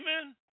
Amen